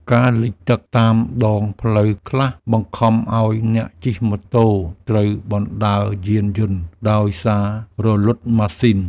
ការលិចទឹកតាមដងផ្លូវខ្លះបង្ខំឱ្យអ្នកជិះម៉ូតូត្រូវបណ្ដើរយានយន្តដោយសាររលត់ម៉ាស៊ីន។